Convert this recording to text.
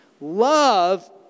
Love